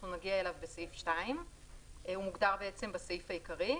אנחנו נגיע אליו בסעיף 2. הוא מוגדר בסעיף העיקרי.